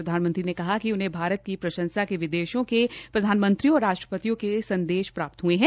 प्रधानमंत्री ने कहा कि उन्हें भारत की प्रंशसा के विदेशों के प्रधानमंत्रियों और राष्ट्रपतियों से संदेश प्राप्त हये है